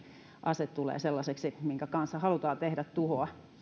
ase tulee sellaiseksi minkä kanssa halutaan tehdä tuhoa